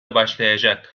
başlayacak